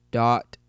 dot